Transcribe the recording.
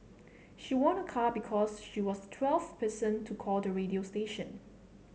she won a car because she was the twelfth person to call the radio station